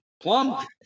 Plum